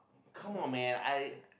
come on man I